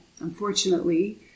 unfortunately